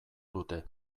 dute